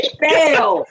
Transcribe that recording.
fail